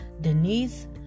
Denise